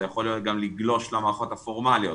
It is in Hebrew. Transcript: זה יכול גם לגלוש למערכות הפורמליות.